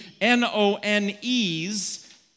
N-O-N-E's